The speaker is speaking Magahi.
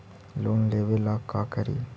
लोन लेबे ला का करि?